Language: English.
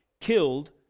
killed